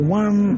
one